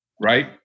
Right